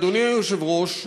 אדוני היושב-ראש,